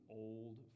old